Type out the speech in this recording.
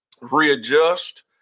readjust